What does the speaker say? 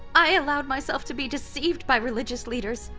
i allowed myself to be deceived by religious leaders,